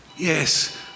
Yes